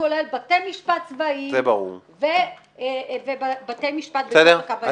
כולל בתי משפט צבאיים ובתי משפט בתוך הקו הירוק.